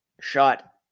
shot